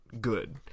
good